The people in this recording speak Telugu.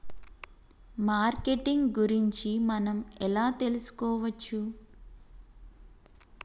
మార్కెటింగ్ గురించి మనం ఎలా తెలుసుకోవచ్చు?